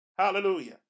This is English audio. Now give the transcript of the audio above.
Hallelujah